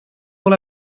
dans